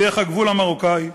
דרך הגבול המרוקני,